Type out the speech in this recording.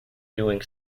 doing